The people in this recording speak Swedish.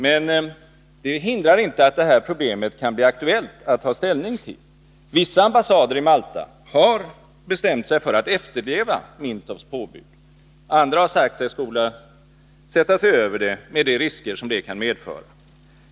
Men det hindrar inte att detta problem kan bli aktuellt att ta ställning till. Vissa ambassader i Malta har bestämt sig för att efterleva Mintoffs påbud, andra har sagt sig skola sätta sig över det med de risker som det kan medföra.